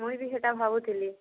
ମୁଇଁବି ସେହିଟା ଭାବୁଥିଲି